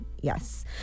yes